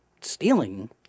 stealing